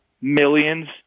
millions